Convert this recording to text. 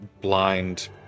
blind